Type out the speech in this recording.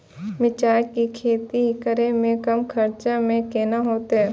मिरचाय के खेती करे में कम खर्चा में केना होते?